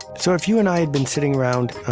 so if you and i had been sitting around